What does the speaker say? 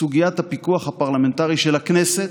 סוגיית הפיקוח הפרלמנטרי של הכנסת,